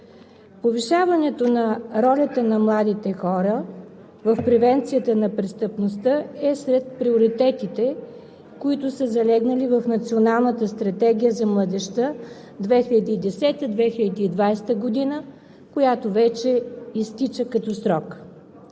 Повишаването на ролята на младите хора в превенцията на престъпността е сред приоритетите, които са залегнали в Националната стратегия за младежта 2010 – 2020 г., която вече изтича като срок.